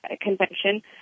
convention